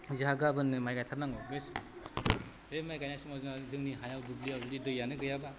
जोंहा गाबोननो माइ गायथारनांगौ बे बे माइ गायनाय समाव जोंहा जोंनि हायाव दुब्लियाव जुदि दैयानो गैयाबा